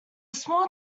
small